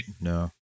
No